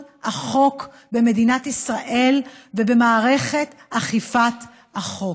החוק במדינת ישראל ובמערכת אכיפת החוק.